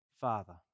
Father